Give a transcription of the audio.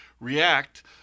react